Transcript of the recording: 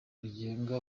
ryigenga